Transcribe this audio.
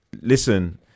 listen